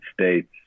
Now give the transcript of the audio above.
States